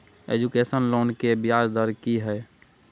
Education loan के ब्याज दर की हय?